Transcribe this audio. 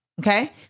Okay